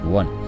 one